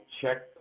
check